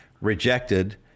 rejected